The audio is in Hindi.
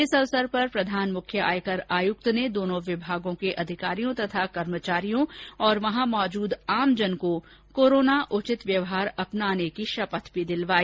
इस अवसर पर प्रधान मुख्य आयकर आयुक्त ने दोनो विभागों के अधिकारियों तथा कर्मचारियों और वहां मौजूद आमजन को कोरोना उचित व्यवहार अपनाने की शपथ भी दिलवाई